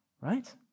right